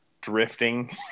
drifting